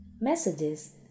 messages